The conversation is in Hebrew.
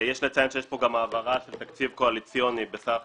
יש לציין שיש כאן גם העברה של תקציב קואליציוני בסך